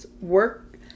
work